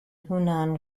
hunan